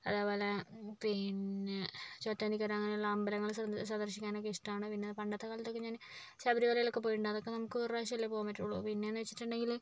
അതേപോലെ പിന്നെ ചോറ്റാനിക്കര അങ്ങനെയുള്ള അമ്പലങ്ങൾ സന്ദർ സന്ദർശിക്കാനൊക്കെ ഇഷ്ടമാണ് പിന്നെ പണ്ടത്തെക്കാലത്തൊക്കെ ഞാൻ ശബരിമലയിലൊക്കെ പോയിട്ടുണ്ട് അതൊക്കെ നമുക്ക് ഒരു പ്രാവശ്യമല്ലേ പോകാൻ പറ്റുകയുള്ളു പിന്നെയെന്ന് വെച്ചിട്ടുണ്ടെങ്കിൽ